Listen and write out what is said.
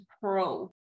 pro